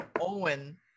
Owen